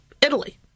Italy